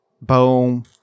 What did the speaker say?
Boom